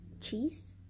cheese